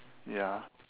ya